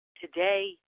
Today